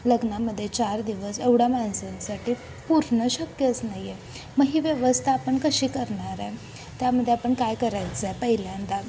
लग्नामध्ये चार दिवस एवढ्या माणसांसाठी पुरणं शक्यच नाही आहे मग ही व्यवस्था आपण कशी करणार आहे त्यामध्ये आपण काय करायचं आहे पहिल्यांदा